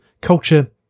Culture